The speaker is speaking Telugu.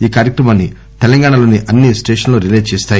ఈ కార్యక్రమాన్ని తెలంగాణలోని అన్ని స్టేషన్లు రిలే చేస్తాయి